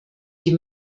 die